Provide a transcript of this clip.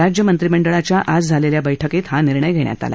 राज्य मंत्रिमंडळाच्या आज झालेल्या बैठकीत हा निर्णय झाला